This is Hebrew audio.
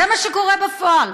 זה מה שקורה בפועל.